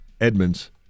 Edmonds